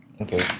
Okay